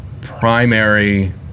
primary